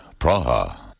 Praha